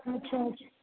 ଆଚ୍ଛା ଆଚ୍ଛା